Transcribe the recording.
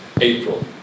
April